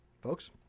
Folks